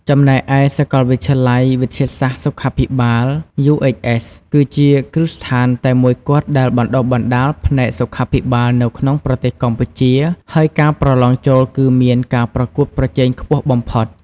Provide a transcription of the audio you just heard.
ចំណែកឯ សាកលវិទ្យាល័យវិទ្យាសាស្ត្រសុខាភិបាល UHS គឺជាគ្រឹះស្ថានតែមួយគត់ដែលបណ្ដុះបណ្ដាលផ្នែកសុខាភិបាលនៅក្នុងប្រទេសកម្ពុជា ហើយការប្រឡងចូលគឺមានការប្រកួតប្រជែងខ្ពស់បំផុត។